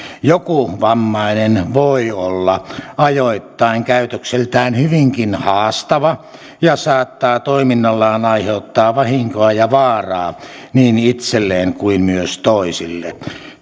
joku vammainen voi olla ajoittain käytökseltään hyvinkin haastava ja saattaa toiminnallaan aiheuttaa vahinkoa ja vaaraa niin itselleen kuin myös toisille